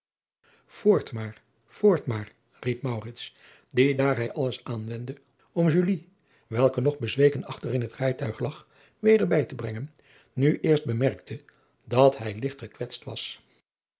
oort maar voort maar riep die daar hij alles aanwendde om welke nog bezweken achter in het rijtuig lag weder bij te brengen nu eerst bemerkte dat hij ligt gekwetst was